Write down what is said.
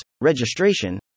registration